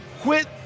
Quit